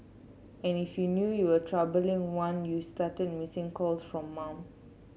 and if you knew you were trouble in one you started missing calls from mum